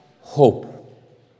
hope